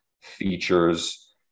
features